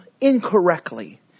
incorrectly